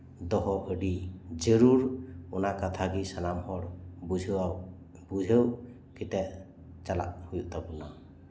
ᱫᱚᱦᱚ ᱟᱹᱰᱤ ᱡᱟᱹᱨᱩᱲ ᱚᱱᱟ ᱠᱟᱛᱷᱟ ᱜᱮ ᱥᱟᱱᱟᱢ ᱦᱚᱲ ᱵᱩᱡᱷᱟᱹᱣᱟᱵᱚ ᱵᱩᱡᱷᱟᱹᱣ ᱠᱟᱛᱮ ᱪᱟᱞᱟᱜ ᱦᱩᱭᱩᱜ ᱛᱟᱵᱚᱱᱟ